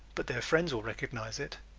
but their friends will recognize it.